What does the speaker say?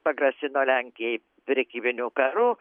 pagrasino lenkijai prekybiniu karu